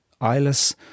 Eyeless